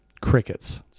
Crickets